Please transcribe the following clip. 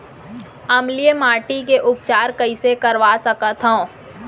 अम्लीय माटी के उपचार कइसे करवा सकत हव?